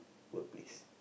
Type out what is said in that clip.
workplace